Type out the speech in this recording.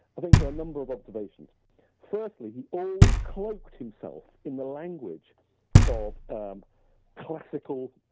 i think there are number of observations firstly he always clogged himself in the language of um classical